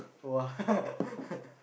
!wah!